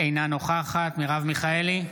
אינה נוכחת מרב מיכאלי,